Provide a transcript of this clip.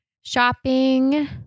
Shopping